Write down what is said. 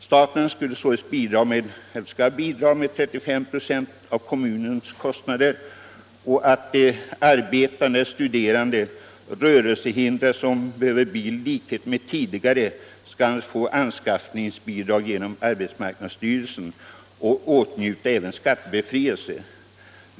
Staten skall således bidra med 35 ”ä av kommunernas kostnader härför men de arbetande eller studerande rörelsehindrade som behöver bil i likhet med tidigare skall få anskaffningsbidrag genom arbetsmarknadsstyrelsen och åtnjuta skattebefrielse.